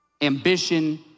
ambition